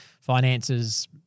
finances